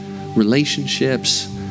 relationships